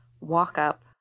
walk-up